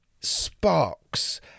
Sparks